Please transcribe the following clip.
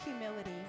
humility